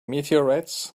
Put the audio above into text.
meteorites